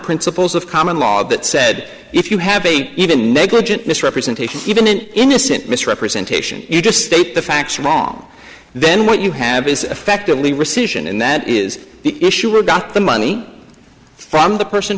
principles of common law that said if you have a even negligent misrepresentation even an innocent misrepresentation you just state the facts wrong then what you have is effectively rescission and that is the issue or got the money from the person